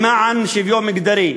למען שוויון מגדרי,